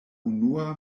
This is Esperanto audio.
unua